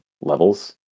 levels